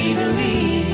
believe